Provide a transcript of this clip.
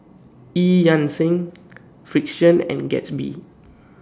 EU Yan Sang Frixion and Gatsby